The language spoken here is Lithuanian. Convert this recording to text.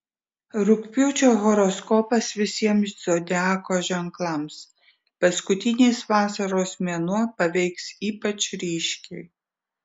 rugpjūčio horoskopas visiems zodiako ženklams paskutinis vasaros mėnuo paveiks ypač ryškiai